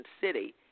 City